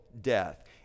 death